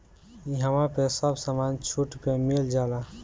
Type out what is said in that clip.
इहवा पे सब समान छुट पे मिल जाला